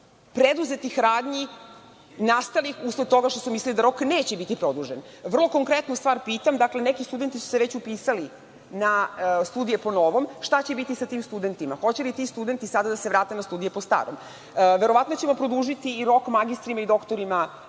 preduzetih radnji nastalih usled toga što su mislili da rok neće biti produžen? Vrlo konkretnu stvar pitam. Neki studenti su se već upisali na studije po novom. Šta će biti sa tim studentima? Hoće li ti studenti sada da se vrate na studije po starom? Verovatno ćemo produžiti rok magistrima i doktorima